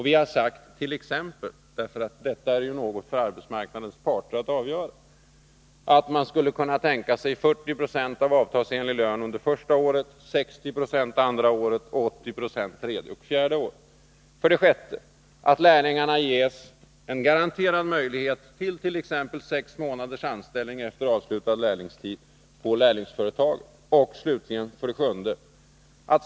Vi har sagt, men detta är något för arbetsmarknadens parter att avgöra, att man skulle kunna tänka sig 40 70 av avtalsenlig lön första året, 60 26 andra året och 80 26 tredje och fjärde året. 6. Lärlingarna ges garanterade möjligheter till exempelvis sex månaders anställning på lärlingsföretaget efter avslutad lärlingsutbildning. 7.